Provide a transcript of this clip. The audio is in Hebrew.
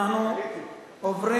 אפס מתנגדים,